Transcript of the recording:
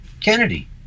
Kennedy